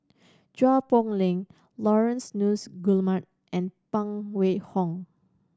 Chua Poh Leng Laurence Nunns Guillemard and Phan Wait Hong